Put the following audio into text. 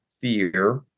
fear